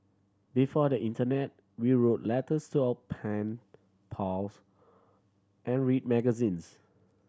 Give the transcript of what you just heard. before the internet we wrote letters to our pen pals and read magazines